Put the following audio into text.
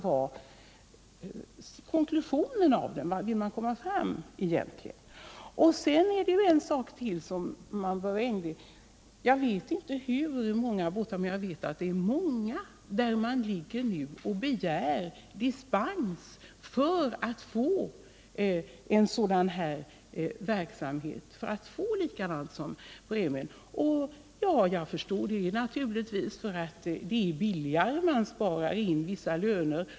Vad är det man vill komma fram till 3 mars 1978 egentligen? Jag vet att det nu är många båtar för vilka man begär dispens för att få samma förhållanden som Bremön. Jag förstår — det är naturligtvis billigare, man sparar in vissa löner.